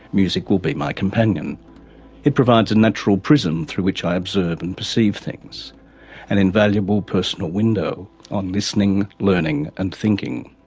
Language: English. music will be my companion it provides a natural prism through which i observe and perceive things an invaluable personal window on listening, learning and thinking.